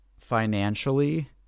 financially